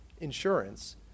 insurance